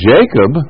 Jacob